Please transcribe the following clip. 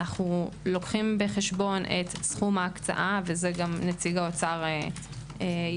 אנו לוקחים בחשבון את סכום ההקצאה וזה גם נציג האוצר ירחיב.